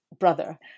brother